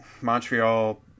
Montreal